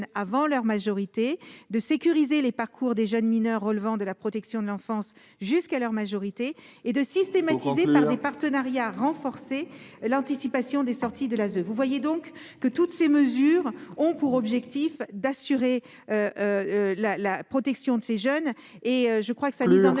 avant leur majorité, de sécuriser les parcours des jeunes mineurs relevant de la protection de l'enfance jusqu'à leur majorité et de systématiser par des partenariats renforcés l'anticipation des sorties de l'ASE. Il faut conclure ! Vous le voyez donc, toutes ces mesures ont pour objectif d'assurer la protection de ces jeunes. La mise en oeuvre